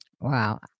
Wow